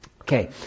Okay